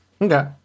Okay